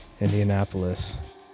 Indianapolis